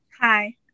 Hi